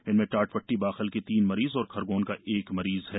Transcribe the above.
इनमें टाटपट्टी बाखल की तीन मरीज और खरगोन का एक मरीज शामिल हैं